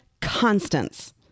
constants